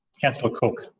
councillor cook